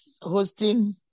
hosting